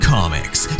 Comics